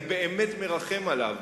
אני באמת מרחם עליו,